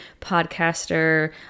podcaster